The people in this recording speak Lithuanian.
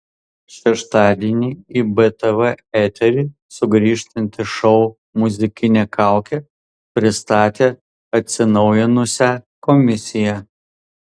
šeštadienį į btv eterį sugrįžtantis šou muzikinė kaukė pristatė atsinaujinusią komisiją